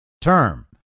term